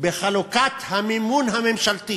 בחלוקת המימון הממשלתי